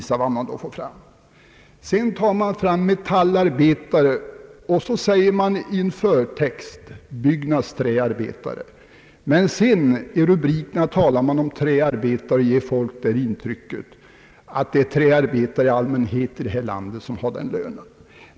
Sedan tar man fram metallarbetarna, och vidare talar man i en förtext om »byggnadsträarbetare». Men i rubriken talar man om »träarbetare», vilket ger läsarna det intrycket att träarbetarna i allmänhet i detta land har den angivna lönen.